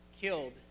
killed